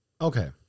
Okay